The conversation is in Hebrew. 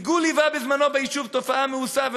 ריגול נחשב בזמנו ביישוב תופעה מאוסה,